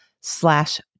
slash